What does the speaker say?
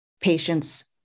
patients